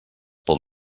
pel